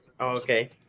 okay